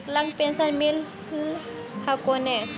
विकलांग पेन्शन मिल हको ने?